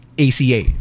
ACA